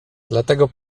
dlatego